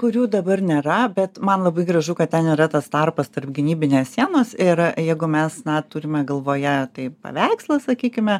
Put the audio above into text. kurių dabar nėra bet man labai gražu kad ten yra tas tarpas tarp gynybinės sienos ir jeigu mes na turime galvoje tai paveikslas sakykime